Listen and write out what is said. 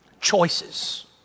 Choices